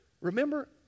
Remember